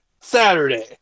Saturday